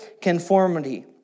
conformity